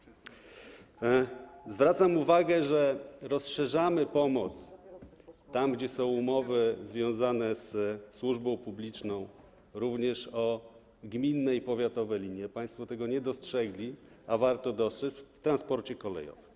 Zwracam uwagę, że rozszerzamy pomoc tam, gdzie są umowy związane z służbą publiczną, również o gminne i powiatowe linie - państwo tego nie dostrzegli, a warto to dostrzec - w transporcie kolejowym.